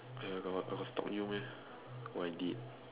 uh I got I got stalk you meh oh I did